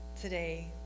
today